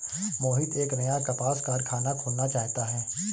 मोहित एक नया कपास कारख़ाना खोलना चाहता है